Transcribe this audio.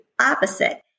opposite